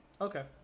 Okay